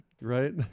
right